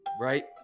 right